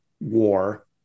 war